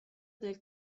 del